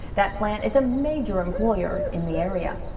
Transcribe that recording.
that plant is a major employer in the area.